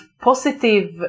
positive